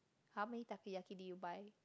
how many Takoyaki did you buy